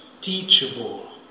teachable